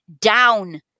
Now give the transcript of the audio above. down